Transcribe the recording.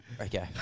Okay